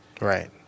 Right